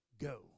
go